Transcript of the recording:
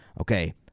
okay